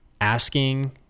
asking